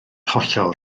hollol